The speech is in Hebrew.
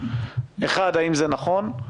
א', האם זה נכון?